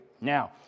now